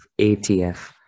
ATF